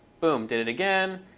boom, did it again,